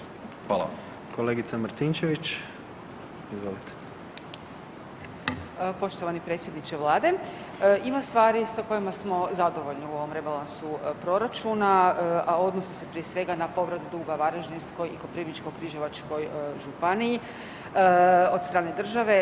Poštovani predsjedniče Vlade, ima stvari sa kojima smo zadovoljni u ovom rebalansu proračuna, a odnose se prije svega na povrat duga Varaždinskoj i Koprivničko-križevačkoj županiji od strane države.